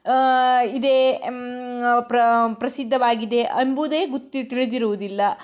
ಇದೆ ಪ್ರಸಿದ್ಧವಾಗಿದೆ ಎಂಬುವುದೇ ಗೊತ್ತು ತಿಳಿದಿರುವುದಿಲ್ಲ